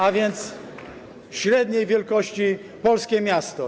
A więc średniej wielkości polskie miasto.